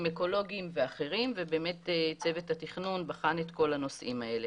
אקולוגיים ואחרים ובאמת צוות התכנון בחן את כל הנושאים האלה.